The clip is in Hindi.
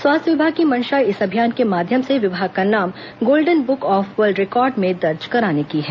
स्वास्थ्य विभाग की मंशा इस अभियान के माध्यम से विभाग का नाम golden book of world record में दर्ज कराने की है